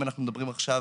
אם אנחנו מדברים עכשיו